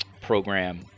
program